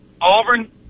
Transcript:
Auburn